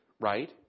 right